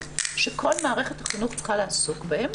שכל מערכת החינוך צריכה לעסוק בהם,